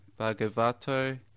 bhagavato